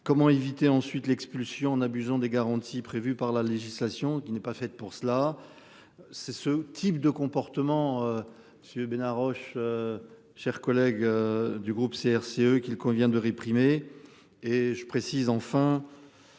Comment éviter ensuite l'expulsion en abusant des garanties prévues par la législation qui n'est pas faite pour cela. C'est ce type de comportement. Si Bénard Roche. Chers collègues du groupe CRCE qu'il convient de réprimer. Et je précise enfin.